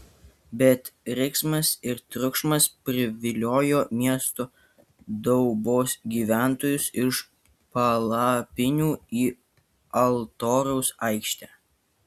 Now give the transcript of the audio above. bet riksmas ir triukšmas priviliojo miesto daubos gyventojus iš palapinių į altoriaus aikštę